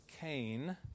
Cain